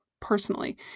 personally